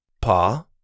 Pa